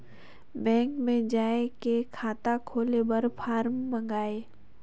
Bank मे जाय के खाता खोले बर फारम मंगाय?